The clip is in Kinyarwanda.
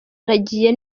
aragiye